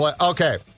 okay